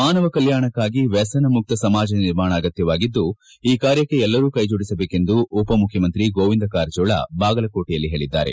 ಮಾನವ ಕಲ್ಲಾಣಕಾಗಿ ವ್ಯಸನಮುಕ್ತ ಸಮಾಜ ನಿರ್ಮಾಣ ಅಗತ್ಯವಾಗಿದ್ದು ಈ ಕಾರ್ಯಕ್ಕೆ ಎಲ್ಲರೂ ಕೈಜೋಡಿಸಬೇಕೆಂದು ಉಪಮುಖ್ಯಮಂತ್ರಿ ಗೋವಿಂದ ಕಾರಜೋಳ ಬಾಗಲಕೋಟೆಯಲ್ಲಿ ಹೇಳಿದ್ದಾರೆ